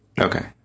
Okay